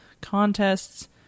contests